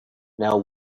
now